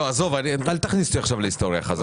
אל תכניס אותי בחזרה לתוך ההיסטוריה.